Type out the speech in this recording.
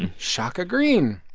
shaka greene.